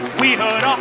we